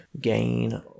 gain